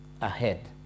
ahead